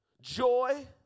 joy